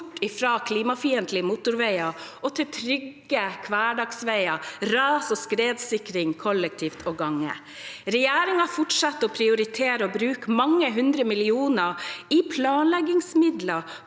bort fra klimafiendtlige motorveier og over til trygge hverdagsveier, ras- og skredsikring, kollektivtrafikk og gange. Regjeringen fortsetter å prioritere å bruke mange hundre millioner kroner i planleggingsmidler